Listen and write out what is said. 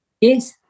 Yes